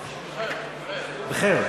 בחֶ'יר.